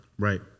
Right